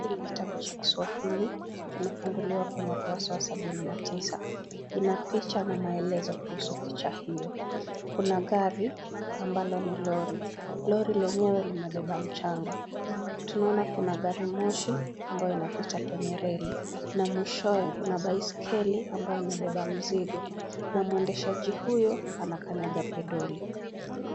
Kwenye kitabu cha Kiswahili kimefunguliwa kwenye ukurasa wa sabini na tisa. Ina picha na maelezo kuhusu picha hiyo. Kuna gari ambalo ni lori; lori lenyewe limebeba mchanga. Tunaona kuna gari moshi ambayo inapita kwenye reli na mwishowe kuna baiskeli ambayo imebeba mzigo; na mwendeshaji huyo anakanyaga pedoli.